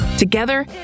Together